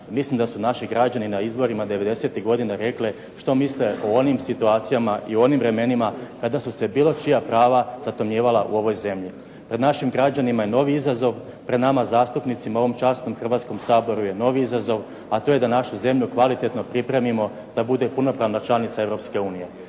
mislim da su naši građani na izborima '90.-tih godina rekli što misle o onim situacijama i onim vremenima kada su se bilo čija prava zatomnjivala u ovoj zemlji. Pred našim građanima je novi izazov. Pred nama zastupnicima u ovom časnom Hrvatskom saboru je novi izazov, a to je da našu zemlju kvalitetno pripremimo da bude punopravna članica